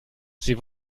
sie